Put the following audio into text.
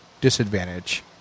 disadvantage